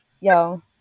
yo